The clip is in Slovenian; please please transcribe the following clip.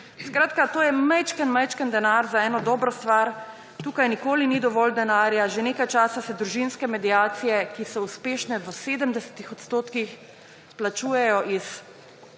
Skratka, to je majhen denar za eno dobro stvar. Tukaj nikoli ni dovolj denarja. Že nekaj časa se družinske mediacije, ki so uspešne v 70 %, plačujejo iz